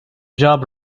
job